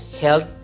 health